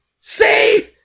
see